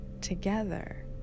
together